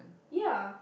ya